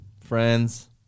friends